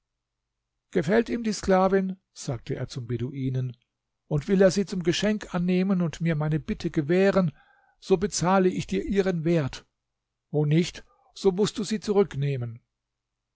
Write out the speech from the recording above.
gefällt ihm die sklavin sagte er zum beduinen und will er sie zum geschenk annehmen und mir meine bitte gewähren so bezahle ich dir ihren wert wo nicht so mußt du sie zurücknehmen